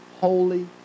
Holy